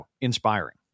inspiring